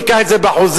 תיקח את זה באחוזים,